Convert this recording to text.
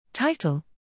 Title